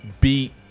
beat